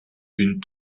d’une